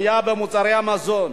עלייה במוצרי המזון,